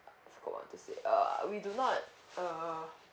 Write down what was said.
I forgot what to say err we do not err